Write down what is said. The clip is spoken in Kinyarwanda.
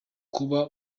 kuba